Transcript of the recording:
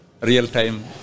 real-time